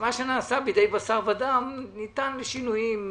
שמה שנעשה בידי בשר ודם, ניתן לשינויים.